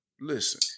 Listen